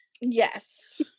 Yes